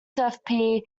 guarantees